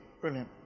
brilliant